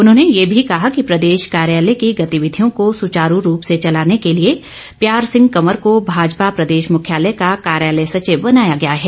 उन्होंने ये भी कहा कि प्रदेश कार्यालय की गतिविधियों को सुचारू रूप से चलाने के लिए प्यार सिंह कंवर को भाजपा प्रदेश मुख्यालय का कार्यालय सचिव बनाया गया है